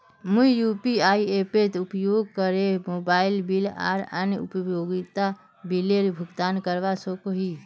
मुई यू.पी.आई एपेर उपयोग करे मोबाइल बिल आर अन्य उपयोगिता बिलेर भुगतान करवा सको ही